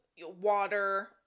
water